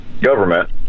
government